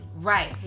Right